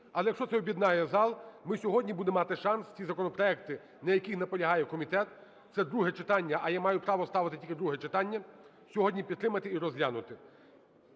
Але якщо це об'єднає зал, ми сьогодні будемо мати шанс ті законопроекти, на яких наполягає комітет, – це друге читання, а я маю право ставити тільки друге читання – сьогодні підтримати і розглянути.